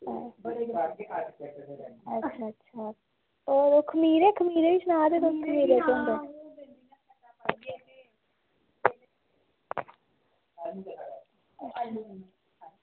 अच्छा अच्छा होर खमीरे खमीरे बी सना दे तुस खमीरे केह् होंदे